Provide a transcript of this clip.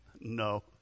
no